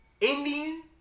Indian